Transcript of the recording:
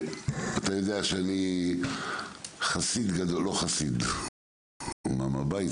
אתה יודע שאני חסיד גדול של חברי כנסת שמגיעים מהתחום המוניציפלי,